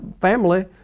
family